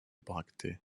bractées